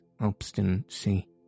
obstinacy